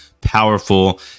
powerful